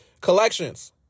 Collections